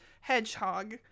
Hedgehog